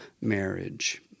marriage